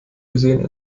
gesehen